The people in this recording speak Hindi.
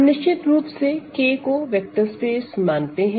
हम निश्चित रूप से K को वेक्टर स्पेस मानते हैं